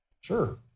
Sure